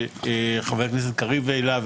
שחבר הכנסת קריב העלה,